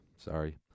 Sorry